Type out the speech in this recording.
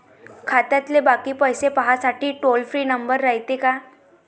खात्यातले बाकी पैसे पाहासाठी टोल फ्री नंबर रायते का?